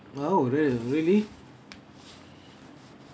!wow! real really